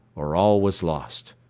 or all was lost.